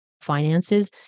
finances